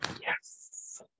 Yes